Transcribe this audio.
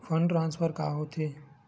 Fund transfer का होथे?